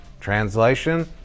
Translation